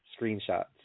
screenshots